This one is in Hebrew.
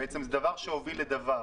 ובעצם דבר הוביל לדבר.